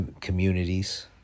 communities